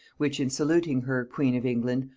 which, in saluting her queen of england,